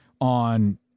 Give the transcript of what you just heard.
on